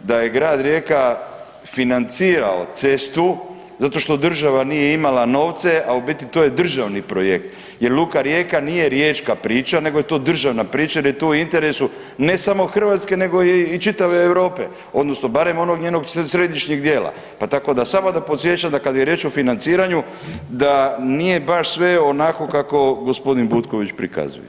da je Grad Rijeka financirao cestu, zato što država nije imala novce, a u biti to je državni projekt, jer Luka Rijeka nije riječka priča nego je to državna priča jer je to u interesu ne samo Hrvatske, nego i čitave Europe, odnosno barem onog njenog središnjeg dijela, pa tako samo da podsjećam da kad je riječ o financiranju da nije baš sve onako kako gospodin Butković prikazuje.